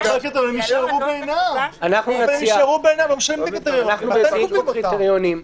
אנחנו מציעים פה קריטריונים.